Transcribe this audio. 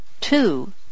Two